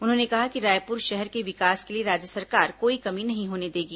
उन्होंने कहा कि रायपुर शहर के विकास के लिए राज्य सरकार कोई कमी नहीं होने देगी